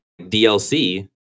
DLC